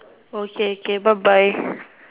okay okay bye bye